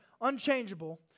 unchangeable